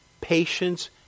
patience